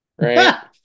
right